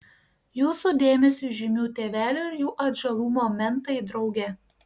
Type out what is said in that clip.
jūsų dėmesiui įžymių tėvelių ir jų atžalų momentai drauge